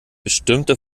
bestimmte